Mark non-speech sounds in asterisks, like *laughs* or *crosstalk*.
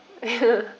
*laughs*